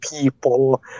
people